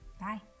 Bye